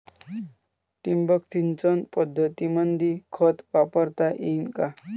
ठिबक सिंचन पद्धतीमंदी खत वापरता येईन का?